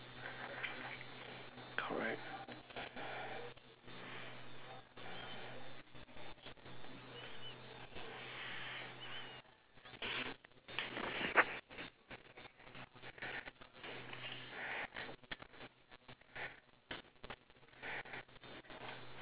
correct